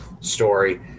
story